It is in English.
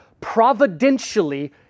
providentially